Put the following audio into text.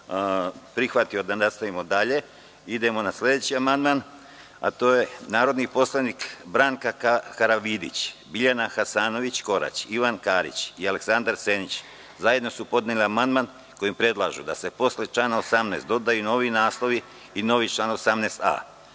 prihvatio da nastavimo dalje, idemo na sledeći amandman. Narodni poslanici Branka Karavidić, Biljana Hasanović Korać, Ivan Karić i Aleksandar Senić zajedno su podneli amandman kojim predlažu da se posle člana 18. dodaju novi naslov i novi član